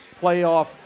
playoff